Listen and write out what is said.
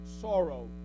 sorrow